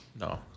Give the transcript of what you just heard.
No